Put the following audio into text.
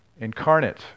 incarnate